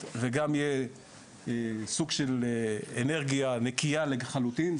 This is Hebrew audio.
וגם יהיה סוג של אנרגיה נקייה לחלוטין,